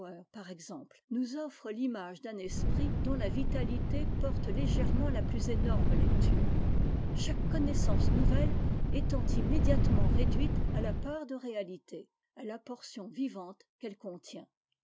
par exemple nous offre l'image d'un esprit dont la vitalité porte légèrement la plus énorme lecture chaque connaissance nouvelle étant immédiatement réduite à la part de réalité à la portion vivante qu'elle contient